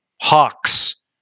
hawks